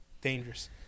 Dangerous